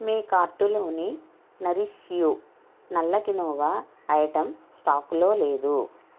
మీ కార్టులోని Nourish You నల్ల quinoa item స్టాకులో లేదు